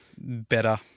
better